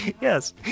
yes